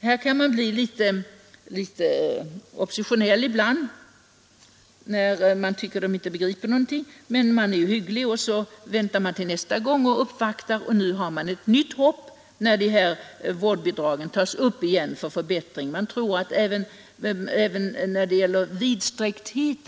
Därför kan man ibland bli lite oppositionell när man tycker att vederbörande inte begriper någonting, men man finner sig och väntar till nästa gång. Man uppvaktar och man hoppas på nytt när vårdbidraget tas upp till förbättring. Och man tror att det skall bli förbättringar även när det gäller en utökning